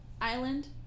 Island